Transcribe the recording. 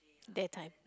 day time